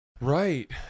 right